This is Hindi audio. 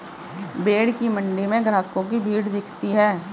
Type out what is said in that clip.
भेंड़ की मण्डी में ग्राहकों की भीड़ दिखती है